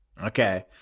Okay